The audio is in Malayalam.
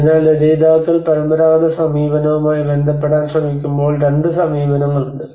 അതിനാൽ രചയിതാക്കൾ പരമ്പരാഗത സമീപനവുമായി ബന്ധപ്പെടാൻ ശ്രമിക്കുമ്പോൾ രണ്ട് സമീപനങ്ങളുണ്ട്